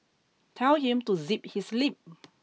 tell him to zip his lip